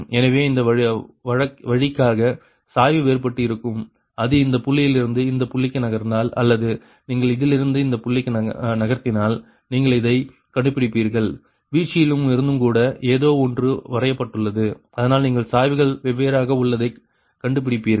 எனவே அந்த வழிக்காக சாய்வு வேறுபட்டு இருக்கும் அது இந்த புள்ளியிலிருந்து இந்த புள்ளிக்கு நகர்ந்தால் அல்லது நீங்கள் இதிலிருந்து இந்த புள்ளிக்கு நகர்த்தினால் நீங்கள் இதை கண்டுபிடிப்பீர்கள் வீழ்ச்சியிலிருந்தும்கூட ஏதோ ஒன்று வரையப்பட்டுள்ளது அதனால் நீங்கள் சாய்வுகள் வெவ்வேறாக உள்ளதை கண்டுபிடிப்பீர்கள்